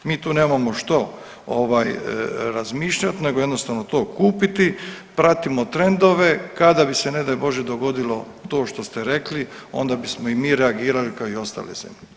Mi tu nemamo što ovaj razmišljati nego jednostavno to kupiti, pratimo trendove, kada bi se ne daj Bože dogodilo to što ste rekli onda bismo i mi reagirali kao i ostale zemlje.